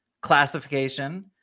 classification